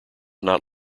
not